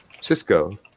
Cisco